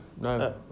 no